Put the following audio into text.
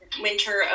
winter